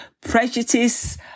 prejudice